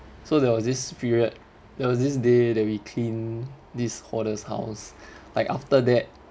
so there was this period there was this day that we clean this hoarder's house like after that